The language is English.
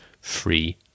free